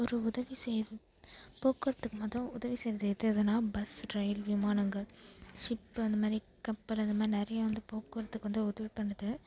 ஒரு உதவி செய்யறது போக்குவரத்துக்கு முத உதவி செய்யறது எதுஎதுன்னா பஸ் ட்ரெயின் விமானங்கள் ஷிப்பு அந்த மாதிரி கப்பல் அந்த மாதிரி நிறையா வந்து போக்குவரத்துக்கு வந்து உதவி பண்ணுது